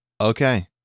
Okay